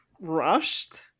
rushed